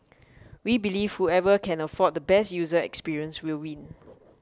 we believe whoever can afford the best user experience will win